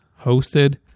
hosted